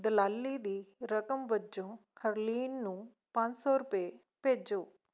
ਦਲਾਲੀ ਦੀ ਰਕਮ ਵਜੋਂ ਹਰਲੀਨ ਨੂੰ ਪੰਜ ਸੌ ਰੁਪਏ ਭੇਜੋ